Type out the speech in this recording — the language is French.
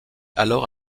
alors